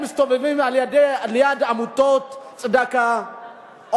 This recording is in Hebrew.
מסתובבים ליד עמותות צדקה,